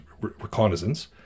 reconnaissance